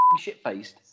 shit-faced